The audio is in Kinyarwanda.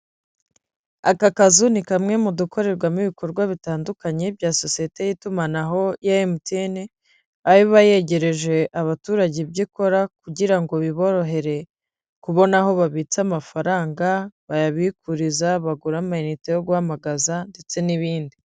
Aka kazu ni kamwe mu dukorerwamo ibikorwa bitandukanye bya sosiyete y'itumanaho ya Emutiyene, aho iba yegereje abaturage ibyo ikora, kugira ngo biborohere kubona aho babitsa amafaranga, bayabikuriza, bagura amayinite yo guhamagaza ndetse n'ibindi.